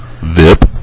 VIP